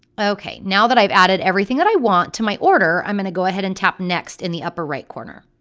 okay, now that i've added everything that i want to my order, i'm going to go ahead and tap next in the upper right corner.